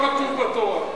זה לא כתוב בתורה.